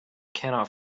cannot